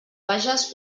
bages